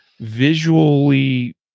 visually